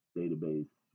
database